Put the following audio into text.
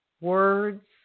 words